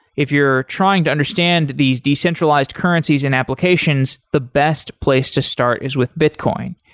if you're trying to understand these decentralized currencies and applications, the best place to start is with bitcoin.